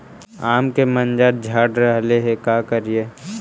आम के मंजर झड़ रहले हे का करियै?